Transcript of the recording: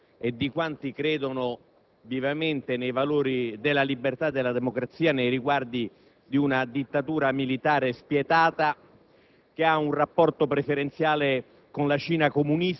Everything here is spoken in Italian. l'attenzione del Parlamento e di quanti credono vivamente nei valori della libertà e della democrazia nei riguardi di una dittatura militare spietata,